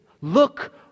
Look